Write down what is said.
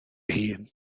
hun